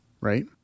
right